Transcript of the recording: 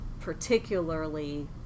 particularly